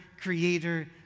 creator